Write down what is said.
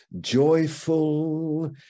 joyful